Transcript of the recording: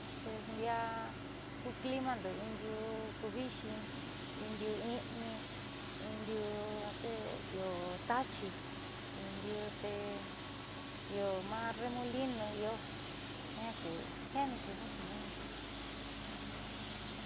Pues ndiiaa ku climando in diuu kuviixi in diuu i'ini in diuu tee io taachi in diuu tee io maa remolino io jiaani kuja xi'inina tiuku.